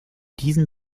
diesem